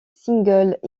singles